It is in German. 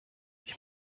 ich